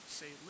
say